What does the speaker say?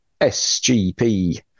SGP